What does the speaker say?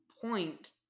point